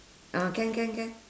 ah can can can